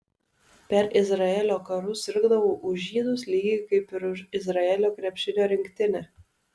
per izraelio karus sirgdavau už žydus lygiai kaip ir už izraelio krepšinio rinktinę